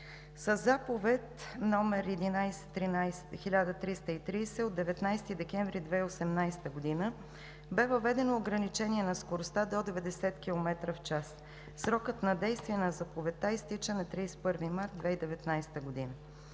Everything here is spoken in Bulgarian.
Със Заповед № 11-13-1330 от 19 декември 2018 г. бе въведено ограничение на скоростта до 90 км в час. Срокът на действие на заповедта изтича на 31 март 2019 г.